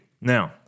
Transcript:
Now